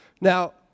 Now